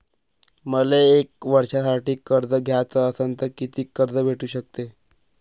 मले एक वर्षासाठी कर्ज घ्याचं असनं त कितीक कर्ज भेटू शकते?